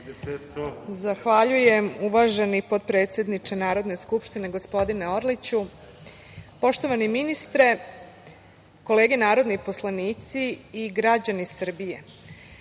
Zahvaljujem, uvaženi potpredsedniče Narodne skupštine gospodine Orliću. Poštovani ministre, kolege narodni poslanici i građani Srbije,